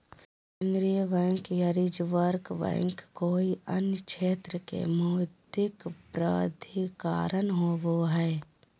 केन्द्रीय बैंक या reserve bank कोय अन्य क्षेत्र के मौद्रिक प्राधिकरण होवो हइ